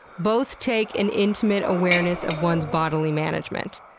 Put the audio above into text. both take an intimate awareness of one's bodily management.